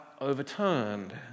overturned